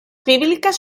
bíbliques